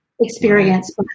experience